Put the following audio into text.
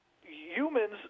humans